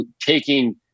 taking